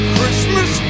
Christmas